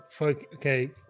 Okay